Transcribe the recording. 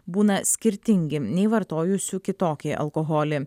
būna skirtingi nei vartojusių kitokį alkoholį